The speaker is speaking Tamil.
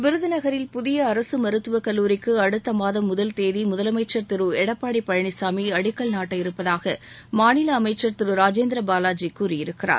விருதுநகரில் புதிய அரசு மருத்துவக் கல்லூரிக்கு அடுத்த மாதம் முதல் தேதி முதலமைச்சர் திரு எடப்பாடி பழனிசாமி அடிக்கல்நாட்ட இருப்பதாக மாநில அமைச்சர் திரு ராஜேந்திர பாவாஜி கூறியிருக்கிறார்